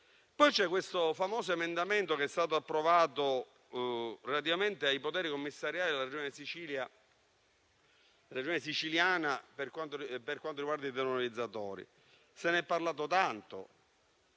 Poi c'è il famoso emendamento che è stato approvato, relativamente ai poteri commissariali della Regione Sicilia, per quanto riguarda i termovalorizzatori.